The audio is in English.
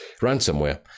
ransomware